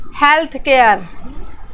healthcare